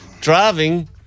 driving